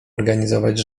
organizować